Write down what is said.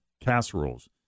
casseroles